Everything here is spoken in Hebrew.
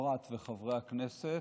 וחברי הכנסת,